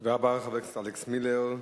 תודה רבה לחבר הכנסת אלכס מילר.